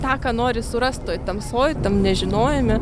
tą ką nori surast toj tamsoj tam nežinojime